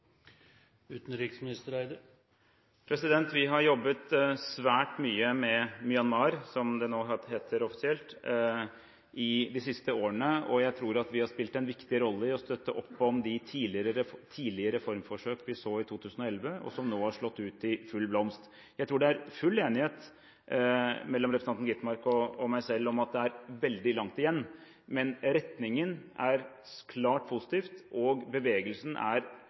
Vi har jobbet svært mye med Myanmar, som det nå heter offisielt, i de siste årene. Jeg tror at vi har spilt en viktig rolle i å støtte opp om de tidlige reformforsøk vi så i 2011, og som nå har slått ut i full blomst. Jeg tror det er full enighet mellom representanten Skovholt Gitmark og meg selv om at det er veldig langt igjen, men retningen er klart positiv, og bevegelsen har gått sjelden langt på bare et par år. Når det gjelder gjeldssletten, er